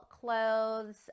clothes